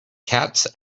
cats